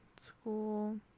School